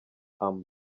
amb